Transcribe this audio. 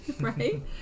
right